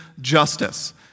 justice